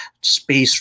space